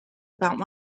about